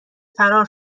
فرار